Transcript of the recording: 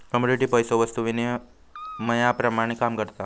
commodity पैसो वस्तु विनिमयाप्रमाण काम करता